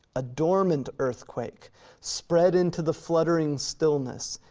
a dormant earthquake spread into the fluttering stillness,